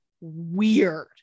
weird